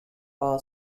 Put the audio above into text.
all